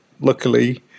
luckily